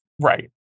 right